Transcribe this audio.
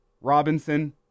Robinson